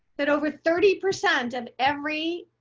that over thirty percent of every